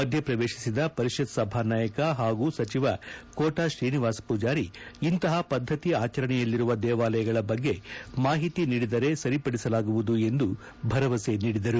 ಮಧ್ಯ ಪ್ರವೇಶಿಸಿದ ಪರಿಷತ್ ಸಭಾನಾಯಕ ಹಾಗೂ ಸಚಿವ ಕೋಟಾ ಶ್ರೀನಿವಾಸ ಪೂಜಾರಿ ಇಂತಹ ಪದ್ದತಿ ಆಚರಣೆಯಲ್ಲಿರುವ ದೇವಾಲಯಗಳ ಬಗ್ಗೆ ಮಾಹಿತಿ ನೀಡಿದರೆ ಸರಿಪಡಿಸಲಾಗುವುದು ಎಂದು ಭರವಸೆ ನೀಡಿದರು